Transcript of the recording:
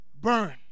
burn